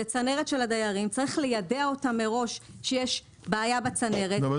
זה צנרת של הדיירים וצריך ליידע אותם מראש שיש בעיה בצנרת -- סליחה,